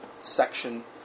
section